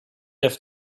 have